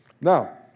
Now